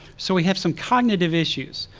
so we have some cognitive issues.